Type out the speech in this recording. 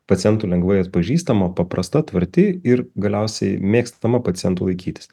pacientų lengvai atpažįstama paprasta tvarti ir galiausiai mėgstama pacientų laikytis